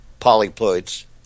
polyploid's